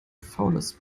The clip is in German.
faules